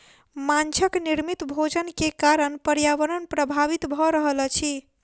माँछक निर्मित भोजन के कारण पर्यावरण प्रभावित भ रहल अछि